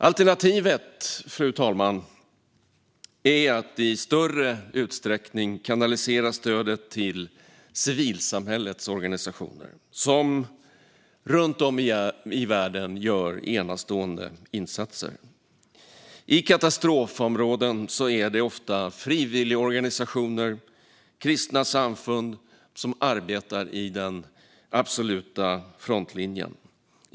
Alternativet, fru talman, är att i större utsträckning kanalisera stödet till civilsamhällets organisationer, som runt om i världen gör enastående insatser. I katastrofområden är det ofta frivilligorganisationer och kristna samfund som arbetar i den absoluta frontlinjen.